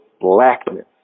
blackness